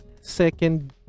second